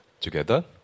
Together